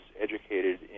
educated